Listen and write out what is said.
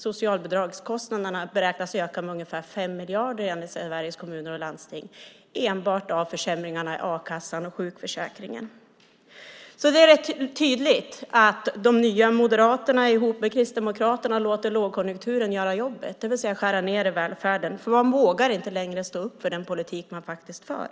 Socialbidragskostnaderna beräknas öka med ungefär 5 miljarder enligt Sveriges Kommuner och Landsting - enbart på grund av försämringarna i a-kassan och sjukförsäkringen. Det är alltså tydligt att Nya moderaterna tillsammans med Kristdemokraterna låter lågkonjunkturen göra jobbet, det vill säga skära ned i välfärden, för man vågar inte längre stå upp för den politik man faktiskt för.